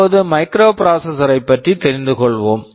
இப்போது microprocessors microprocessors ஐப் பற்றி தெரிந்து கொள்வோம்